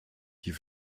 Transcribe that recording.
die